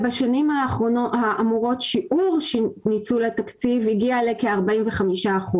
בשנים האמורות, שיעור ניצול התקציב הגיע לכ-45%.